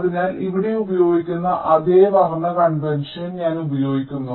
അതിനാൽ ഇവിടെ ഉപയോഗിക്കുന്ന അതേ വർണ്ണ കൺവെൻഷൻ ഞാൻ ഉപയോഗിക്കുന്നു